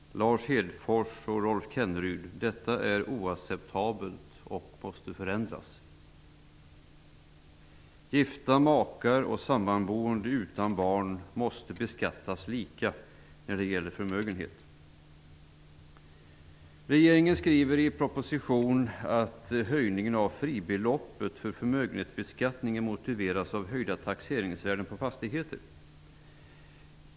Lars Hedfors och Rolf Kenneryd, detta är helt oacceptabelt och måste förändras. Gifta makar och sammanboende utan barn måste beskattas lika när det gäller förmögenhet. Regeringen skriver i propositionen att höjningen av fribeloppet för förmögenhetsbeskattningen motiveras av höjda taxeringsvärden på fastigheter.